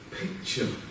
picture